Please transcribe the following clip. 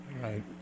Right